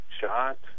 shot